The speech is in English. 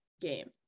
game